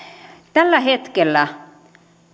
tällä hetkellä